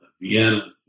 Vienna